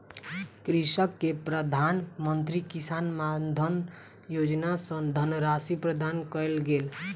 कृषक के प्रधान मंत्री किसान मानधन योजना सॅ धनराशि प्रदान कयल गेल